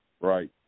Right